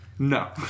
No